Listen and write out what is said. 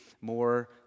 more